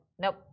nope